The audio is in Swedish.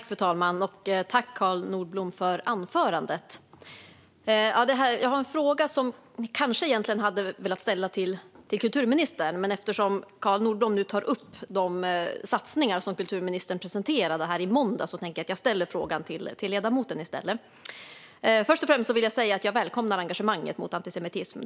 Fru talman! Tack, Carl Nordblom, för anförandet! Jag har en fråga som jag egentligen hade velat ställa till kulturministern, men eftersom Carl Nordblom nu tar upp de satsningar som kulturministern presenterade i måndags tänkte jag ställa den till honom i stället. Först och främst vill jag säga att jag välkomnar engagemanget mot antisemitism.